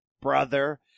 brother